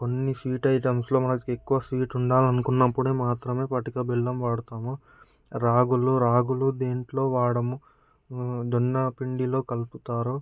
కొన్ని స్వీట్ ఐటమ్స్లో మనకు ఎక్కువ స్వీట్ ఉండాలని అనుకున్నప్పుడు మాత్రమే ఎక్కువ పటిక బెల్లం వాడుతాం రాగులు రాగులు దీంట్లో వాడము జొన్న పిండిలో కలుపుతారు